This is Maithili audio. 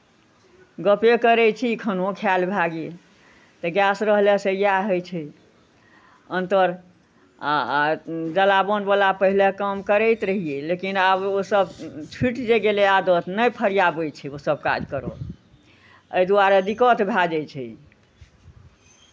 गप्पे करै छी खानो खायल भए गेल तऽ गैस रहलासँ इएह होइ छै अन्तर आ जलावनवला पहिले काम करैत रहियै लेकिन आब ओसभ छुटि जे गेलै आदत नहि फरियाबै छै ओसभ काज करयमे एहि दुआरे दिक्कत भए जाइ छै